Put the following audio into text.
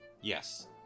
Yes